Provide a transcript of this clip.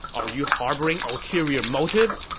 are you harboring ulterior motives!